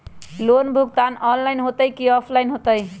Loan भुगतान online होतई कि ऑफलाइन होतई?